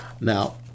Now